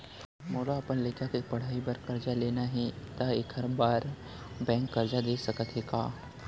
मोला अपन लइका के पढ़ई बर करजा लेना हे, त एखर बार बैंक करजा दे सकत हे का?